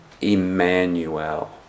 Emmanuel